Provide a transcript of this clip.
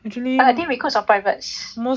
are they recruits or privates